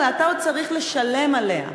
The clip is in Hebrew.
אלא אתה עוד צריך לשלם עליה.